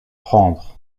prendre